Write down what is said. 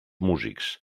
músics